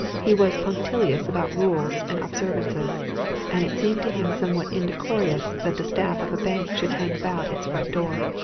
he was punctilious about rules and observances and it seemed to him somewhat indecorous that the staff of a bank should hang about its front door,